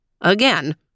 again